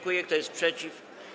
Kto jest przeciw?